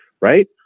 right